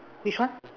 which one